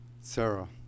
Sarah